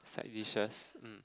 like dishes mm